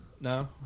No